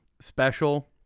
special